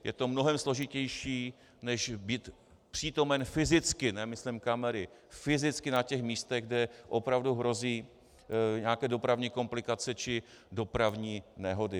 Je to mnohem složitější, než být přítomen fyzicky, nesmyslím kamery, fyzicky na těch místech, kde opravdu hrozí nějaké dopravní komplikace či dopravní nehody.